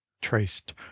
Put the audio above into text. traced